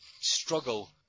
struggle